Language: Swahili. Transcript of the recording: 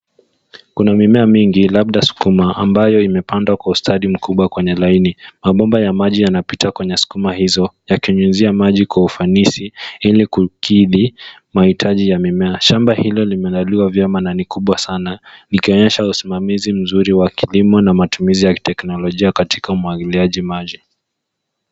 Kuna mimea mingi labda sukuma ambayo imepandwa kwa ustadi mkubwa kwenye laini. Mabomba ya maji yanapita kwenye sukuma hizo ya yakinyunyuzia mazi kwa ufanisi ili kukidhi mahitaji ya mimea. Shamba hilo limelelewa vyema na ni kubwa sana ikionyeshwa usimamizi mzuri wa kilimo na matumizi ya teknolojia katika umwagiliaji maji.